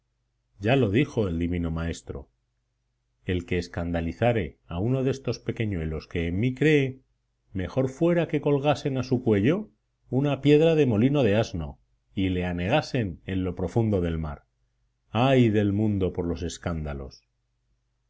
ya lo dijo el divino maestro el que escandalizare a uno de estos pequeñuelos que en mí cree mejor fuera que colgasen a su cuello una piedra de molino de asno y le anegasen en lo profundo del mar ay del mundo por los escándalos